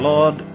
Lord